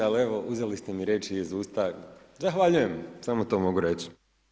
Ali evo uzeli ste mi riječi iz usta, zahvaljujem samo to mogu reći.